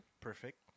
perfect